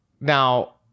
Now